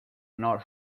not